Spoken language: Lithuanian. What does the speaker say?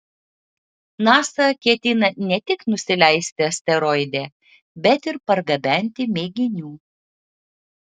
nasa ketina ne tik nusileisti asteroide bet ir pargabenti mėginių